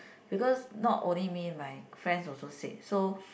because not only me my friends also said so